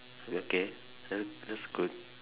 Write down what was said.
okay that's that's good